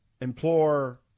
implore